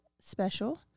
special